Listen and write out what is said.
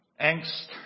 angst